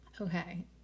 Okay